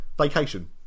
Vacation